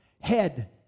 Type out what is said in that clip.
head